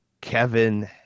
kevin